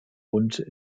und